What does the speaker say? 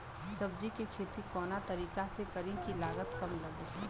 सब्जी के खेती कवना तरीका से करी की लागत काम लगे?